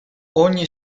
ogni